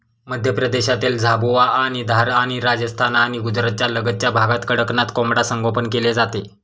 मध्य प्रदेशातील झाबुआ आणि धार आणि राजस्थान आणि गुजरातच्या लगतच्या भागात कडकनाथ कोंबडा संगोपन केले जाते